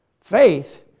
Faith